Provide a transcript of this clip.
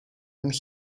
and